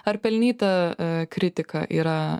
ar pelnyta a kritika yra